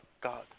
God